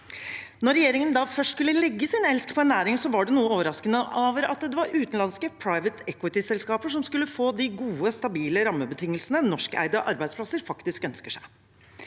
Når regjeringen da først skulle legge sin elsk på en næring, var det noe overraskende at det var utenlandske «private equity»-selskaper som skulle få de gode, stabile rammebetingelsene norskeide arbeidsplasser faktisk ønsker seg.